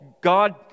God